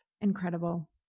incredible